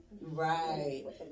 right